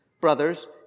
brothers